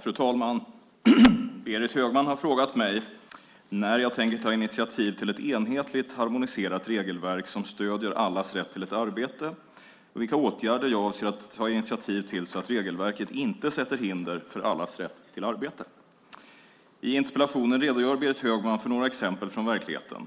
Fru talman! Berit Högman har frågat mig när jag tänker ta initiativ till ett enhetligt, harmoniserat regelverk som stöder allas rätt till ett arbete och vilka åtgärder jag avser att ta initiativ till så att regelverket inte sätter hinder för allas rätt till ett arbete. I interpellationen redogör Berit Högman för några exempel från verkligheten.